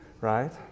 right